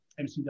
MCW